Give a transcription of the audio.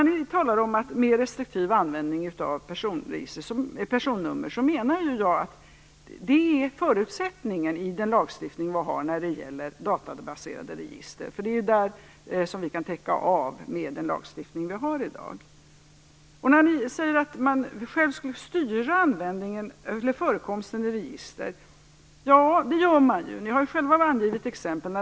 Ni talar om mer restriktiv användning av personnummer, och jag menar att det är förutsättningen i den lagstiftning vi har som gäller databaserade register. Det är vad vi kan täcka med den lagstiftning vi har i dag. Ni talade också om att man själv skulle kunna styra sin förekomst i register. Det gör man ju, och ni har själva angivit exempel.